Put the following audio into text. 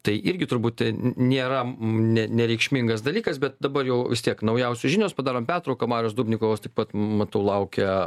tai irgi turbūt nėra ne nereikšmingas dalykas bet dabar jau vis tiek naujausios žinios padarom pertrauką marius dubnikovas taip pat matau laukia